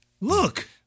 Look